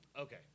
Okay